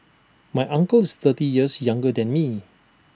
my uncle is thirty years younger than me